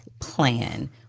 plan